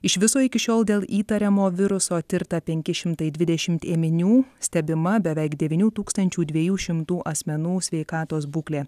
iš viso iki šiol dėl įtariamo viruso tirta penki šimtai dvidešimt ėminių stebima beveik devynių tūkstančių dviejų šimtų asmenų sveikatos būklė